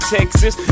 Texas